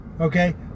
Okay